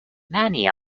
many